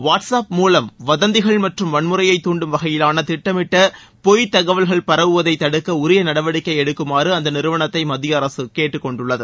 what's up மூலம் வதந்திகள் மற்றும் வன்முறையை தூண்டும் வகையிலான திட்ட மிட்ட பொய் தகவல்கள் பரவுவதை தடுக்க உரிய நடவடிக்கை எடுக்குமாறு அந்த நிறுவனத்தை மத்திய அரசு கேட்டுக்கொண்டுள்ளது